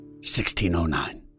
1609